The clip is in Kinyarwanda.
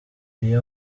iyi